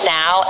now